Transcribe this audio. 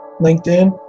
LinkedIn